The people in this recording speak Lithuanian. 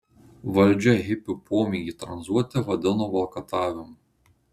valdžia hipių pomėgį tranzuoti vadino valkatavimu